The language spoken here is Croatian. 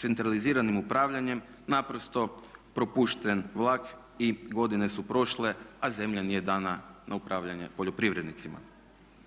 centraliziranim upravljanjem naprosto propušten vlak i godine su prošle a zemlja nije dana na upravljanje poljoprivrednicima.